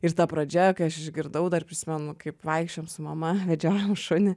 ir ta pradžia kai aš išgirdau dar prisimenu kaip vaikščiojom su mama vedžiojom šunį